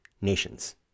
nations